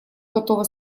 готова